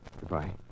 Goodbye